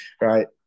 Right